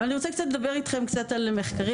אני רוצה לדבר איתכם על מחקרים.